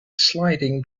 sliding